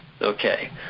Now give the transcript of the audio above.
Okay